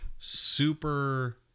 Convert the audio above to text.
super